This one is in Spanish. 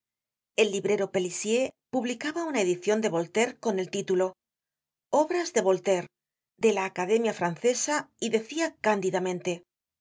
el librero pelicier publicaba una edicion de voltaire con el título obras de voltaire de la academia francesa y decia cándidamente